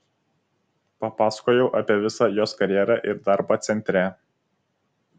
papasakojau apie visą jos karjerą ir darbą centre